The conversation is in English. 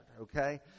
okay